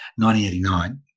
1989